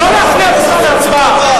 לא להפריע בזמן ההצבעה.